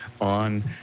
on